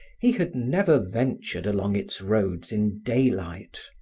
he had never ventured along its roads in daylight.